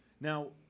Now